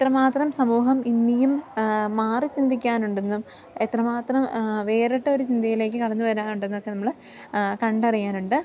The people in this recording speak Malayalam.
എത്ര മാത്രം സമൂഹം ഇനിയും മാറി ചിന്തിക്കാനുണ്ടെന്നും എത്ര മാത്രം വേറിട്ട ഒരു ചിന്തയിലേക്ക് കടന്നു വരാനുണ്ടെന്നൊക്കെ നമ്മൾ കണ്ടറിയാനുണ്ട്